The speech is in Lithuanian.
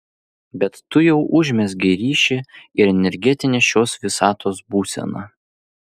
bet tu jau užmezgei ryšį ir energetinė šios visatos būsena